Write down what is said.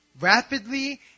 rapidly